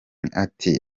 ati